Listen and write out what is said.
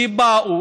שבאו,